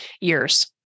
years